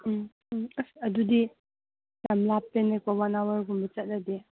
ꯎꯝ ꯎꯝ ꯑꯁ ꯑꯗꯨꯗꯤ ꯌꯥꯝ ꯂꯥꯞꯄꯦꯅꯦꯀꯣ ꯋꯥꯟ ꯑꯋꯥꯔꯒꯨꯝꯕ ꯆꯠꯂꯗꯤ